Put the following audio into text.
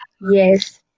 yes